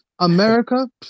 america